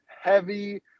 heavy